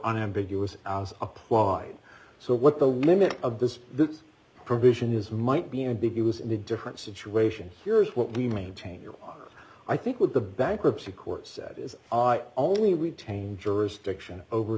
unambiguous applied so what the limit of this provision is might be ambiguous in a different situation here is what we maintain your i think what the bankruptcy court said is only retain jurisdiction over